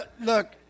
Look